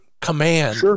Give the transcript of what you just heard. command